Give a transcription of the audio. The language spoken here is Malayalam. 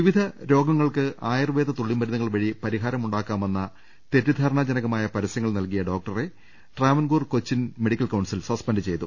വിവിധ രോഗങ്ങൾക്ക് ആയൂർവേദ തുള്ളിമരുന്നുകൾ വഴി പരിഹാരമുണ്ടാക്കാമെന്ന തെറ്റിധാരണാജനകമായ പരസ്യ ങ്ങൾ നൽകിയ ഡോക്ടറെ Travancore Cochin medical council suspend ചെയ്തു